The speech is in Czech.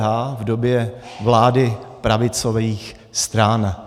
V době vlády pravicových stran.